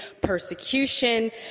persecution